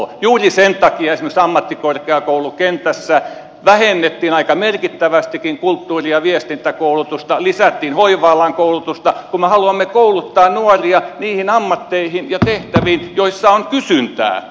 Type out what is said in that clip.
juuri sen takia esimerkiksi ammattikorkeakoulukentässä vähennettiin aika merkittävästikin kulttuuri ja viestintäkoulutusta lisättiin hoiva alan koulutusta kun me haluamme kouluttaa nuoria niihin ammatteihin ja tehtäviin joissa on kysyntää